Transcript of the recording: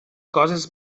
coses